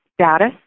status